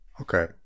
Okay